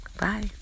Bye